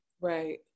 right